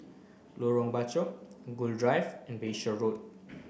Lorong Bachok Gul Drive and Bayshore Road